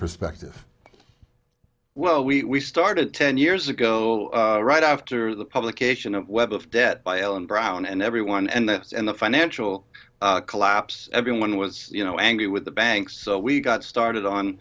perspective well we started ten years ago right after the publication of web of debt by alan brown and everyone and that's and the financial collapse everyone was you know angry with the banks so we got started on